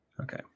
Okay